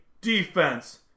defense